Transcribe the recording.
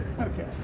Okay